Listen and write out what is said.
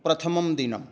प्रथमं दिनम्